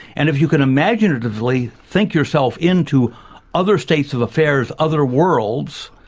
and if you can imaginatively think yourself into other states of affairs, other worlds,